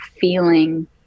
feeling